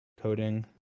coding